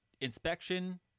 inspection